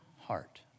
heart